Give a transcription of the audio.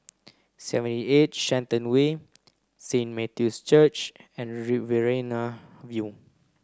seventy eight Shenton Way Saint Matthew's Church and Riverina View